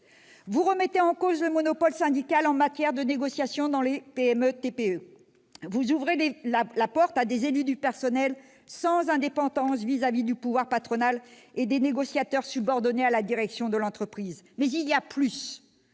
Vous remettez en cause le monopole syndical en matière de négociation dans les TPE-PME. Vous ouvrez la porte à des élus du personnel sans indépendance vis-à-vis du pouvoir patronal et à des négociateurs subordonnés à la direction de l'entreprise. Mais il y a plus !